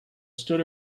stood